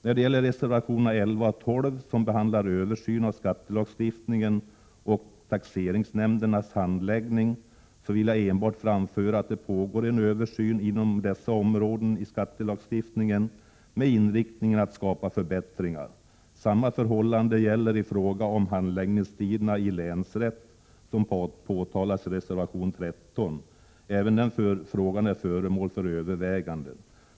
När det gäller reservationerna 11 och 12, som behandlar översyn av skattelagstiftningen och taxeringsnämndernas handläggning, vill jag enbart framföra att det pågår en översyn inom dessa områden i skattelagstiftningen med inriktningen att skapa förbättringar. Samma förhållande gäller i fråga om handläggningstiderna i länsrätt, som påtalas i reservation 13. Även den frågan är föremål för överväganden.